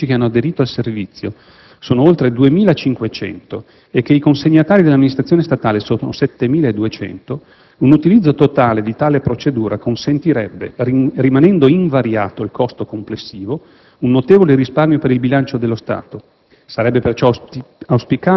Considerato che a tutt'oggi gli uffici che hanno aderito al servizio sono oltre 2.500 e che i consegnatari dell'Amministrazione statale sono 7.200, un utilizzo totale di tale procedura consentirebbe, rimanendo invariato il costo complessivo, un notevole risparmio per il bilancio dello Stato;